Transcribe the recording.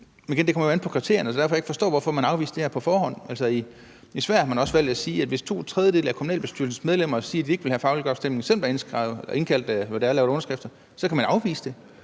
men det kommer jo igen an på kriterierne. Det er derfor, jeg ikke forstår, hvorfor man afviser det her på forhånd. I Sverige har man også valgt at sige, at hvis to tredjedele af kommunalbestyrelsens medlemmer siger, at de ikke vil have folkeafstemning, selv om der er indsamlet underskrifter, så kan man afvise det.